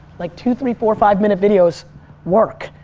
like, two, three, four, five minute videos work.